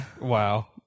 Wow